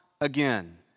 again